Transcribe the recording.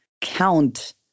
count